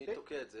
מי תוקע את זה?